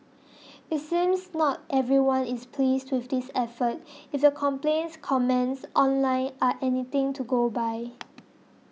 it seems not everyone is pleased with this effort if the complaints comments online are anything to go by